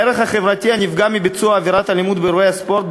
הערך החברתי הנפגע מביצוע עבירת אלימות באירוע הספורט,